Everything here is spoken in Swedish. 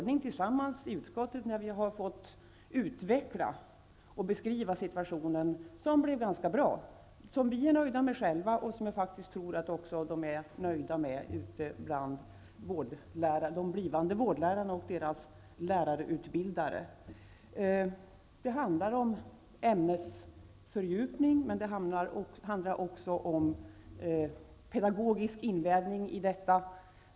Nu har vi i utskottet, när vi har fått beskriva situationen, kommit fram till en ordning, som är ganska bra, som vi själva är nöjda med och som faktiskt de blivande vårdlärarna och deras lärarutbildare också är nöjda med. Det handlar om ämnesfördjupning, men det handlar också om en pedagogisk invävning i detta.